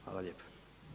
Hvala.